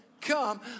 Come